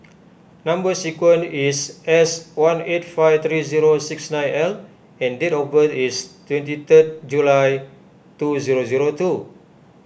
Number Sequence is S one eight five three zero six nine L and date of birth is twenty third July two zero zero two